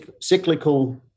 cyclical